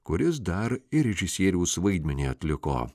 kuris dar ir režisieriaus vaidmenį atliko